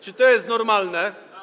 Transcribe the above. Czy to jest normalne?